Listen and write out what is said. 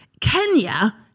Kenya